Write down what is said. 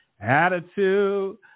attitude